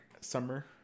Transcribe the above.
summer